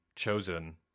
chosen